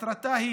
מטרתה היא